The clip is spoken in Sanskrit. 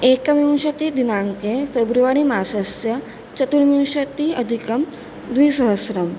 एकविंशतिदिनाङ्के फ़ेब्रवरि मासस्य चतुर्विंशत्यधिकद्विसहस्रम्